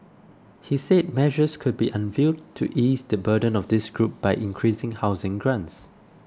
he said measures could be unveiled to ease the burden of this group by increasing housing grants